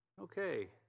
Okay